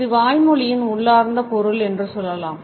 இதை வாய்மொழியின் உள்ளார்ந்த பொருள் என்று சொல்லலாம்